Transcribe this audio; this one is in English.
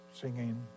singing